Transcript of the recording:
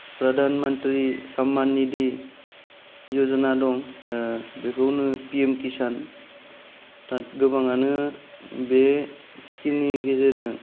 प्रधान मन्त्रि समान निधि योजना दं बेखौ होनो पि एम किसान दा गोबांआनो बे स्किमनि गेजेरजों